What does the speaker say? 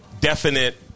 definite